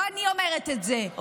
לא אני אומרת את זה,